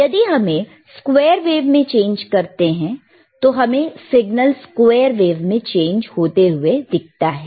यदि हम square wave में चेंज करते हैं तो हमें सिग्नल स्क्वेयर वेव में चेंज होते हुए दिखता है